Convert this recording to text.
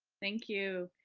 thank you.